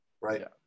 right